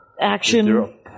action